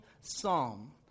psalm